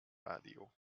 radio